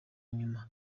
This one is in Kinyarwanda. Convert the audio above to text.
nyuma